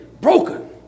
broken